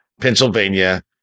Pennsylvania